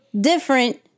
different